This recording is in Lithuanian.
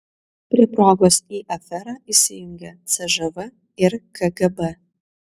prie progos į aferą įsijungia cžv ir kgb